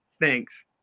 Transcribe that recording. thanks